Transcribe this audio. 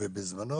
בזמנו